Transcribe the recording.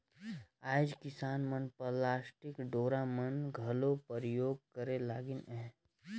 आएज किसान मन पलास्टिक डोरा मन ल घलो परियोग करे लगिन अहे